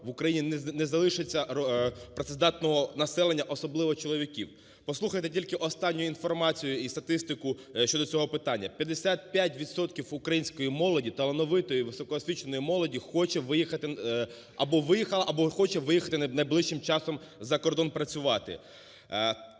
в Україні не залишиться працездатного населення, особливо чоловіків. Послухайте тільки останню інформацію і статистику щодо цього питання. 55 відсотків української молоді талановитої, високоосвіченої молоді, хоче виїхати або виїхала, або хоче виїхати найближчим часом за кордон працювати.